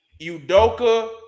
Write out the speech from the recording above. Udoka